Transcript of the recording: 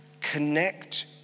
connect